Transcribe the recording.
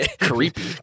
creepy